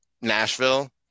Nashville